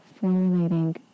formulating